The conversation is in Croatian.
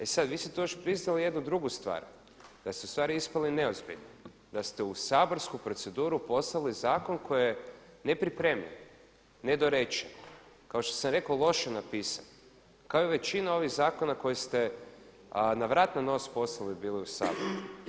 E sada, vi ste tu još priznali jednu drugu stvar, da ste ustvari ispali neozbiljni, da ste u saborsku proceduru poslali zakon koji je nepripremljen, nedorečen, kao što sam rekao loše napisan kao i većina ovih zakona koje ste „na vrat na nos“ poslali bili u Sabor.